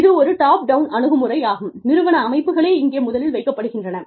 இது ஒரு top down அணுகுமுறையாகும் நிறுவன அமைப்புகளே இங்கே முதலில் வைக்கப்படுகின்றன